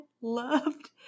loved